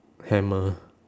hammer